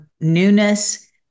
newness